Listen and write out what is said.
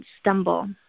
stumble